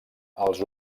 els